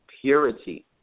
purity